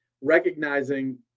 recognizing